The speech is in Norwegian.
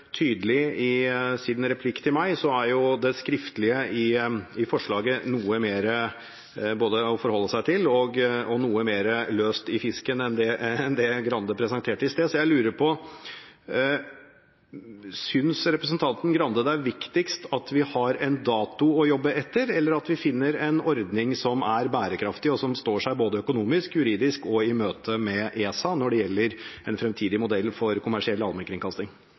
tydelig i sin replikk til meg, er det skriftlige i forslaget noe mer både å forholde seg til og noe mer løst i fisken enn det Grande presenterte i sted. Så jeg lurer på: Synes representanten Grande det er viktigst at vi har en dato å jobbe etter, eller at vi finner en ordning som er bærekraftig, og som står seg både økonomisk, juridisk og i møte med ESA når det gjelder en framtidig modell for kommersiell allmennkringkasting?